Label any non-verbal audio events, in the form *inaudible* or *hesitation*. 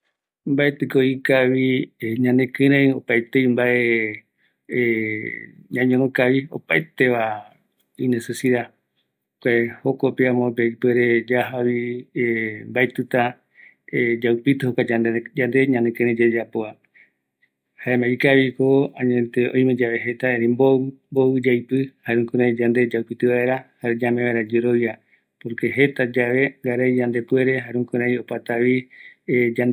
﻿Mbaetiko ikavi *hesitation* ñanekirei opaetei mbae *hesitation* ñañonokavi opaeteva necesidad, jare jokope jokope ipuere amope yajavi *hesitation* mbaetita *hesitation* yaupiti, jokua yande ñanekirei yayapova, jaema ikaviko, añete oime yave jeta, erei mbovi, mbovi yaipi, jare jukurai yande yaupiti vaera jare ñame vaera yerovia, porquew jerayave, ngarai yande puere jare jukurai opatavi *hesitation* ya